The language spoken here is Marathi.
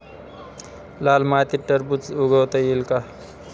लाल मातीत टरबूज उगवता येईल का?